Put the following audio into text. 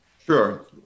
Sure